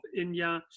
india